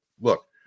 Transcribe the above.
look